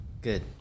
Good